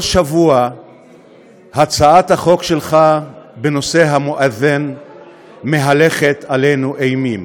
כל שבוע הצעת החוק שלך בנושא המואזין מהלכת עלינו אימים.